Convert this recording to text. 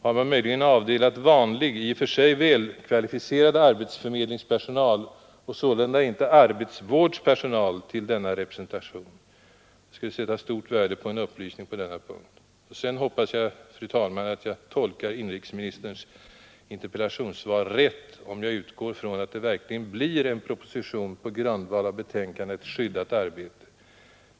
Har man möjligen avdelat vanlig, i och för sig välkvalificerad arbetsförmedlingspersonal och sålunda inte arbetsvårds personal till denna representation? Jag skulle sätta stort värde på en upplysning på denna punkt. Sedan hoppas jag, fru talman, att jag tolkar inrikesministerns interpellationssvar rätt, om jag utgår från att det verkligen blir en proposition på grundval av betänkandet Skyddat arbete.